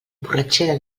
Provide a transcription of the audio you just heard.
borratxera